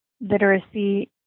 literacy